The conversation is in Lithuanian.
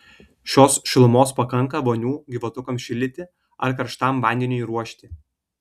šios šilumos pakanka vonių gyvatukams šildyti ar karštam vandeniui ruošti